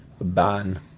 Ban